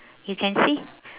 you can see